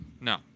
No